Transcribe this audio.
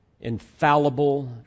infallible